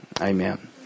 amen